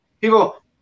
people